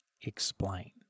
explain